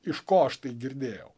iš ko aš tai girdėjau